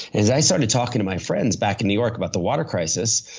as i started talking to my friends back in new york about the water crisis,